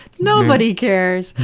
nobody cares.